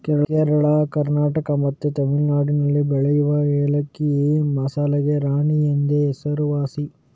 ಕೇರಳ, ಕರ್ನಾಟಕ ಮತ್ತೆ ತಮಿಳುನಾಡಿನಲ್ಲಿ ಬೆಳೆಯುವ ಏಲಕ್ಕಿ ಮಸಾಲೆಗಳ ರಾಣಿ ಎಂದೇ ಹೆಸರುವಾಸಿ